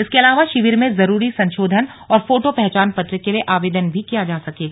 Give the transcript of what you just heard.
इसके अलावा शिविर में जरूरी संशोधन और फोटो पहचान पत्र के लिए आवेदन भी किया जा सकेगा